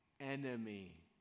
enemy